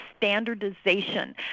standardization